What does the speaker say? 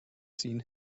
seen